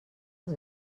els